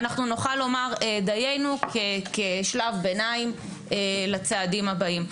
אנחנו נוכל לומר דיינו כשלב ביניים לצעדים הבאים.